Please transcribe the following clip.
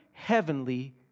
Heavenly